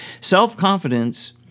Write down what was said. self-confidence